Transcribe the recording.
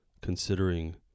considering